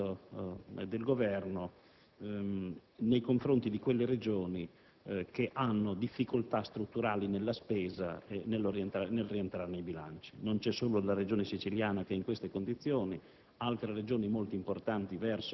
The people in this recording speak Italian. potere del Governo nei confronti delle Regioni che hanno difficoltà strutturali nella spesa e nel rientro dei bilanci. Non c'è solo la Regione siciliana che è in queste condizioni.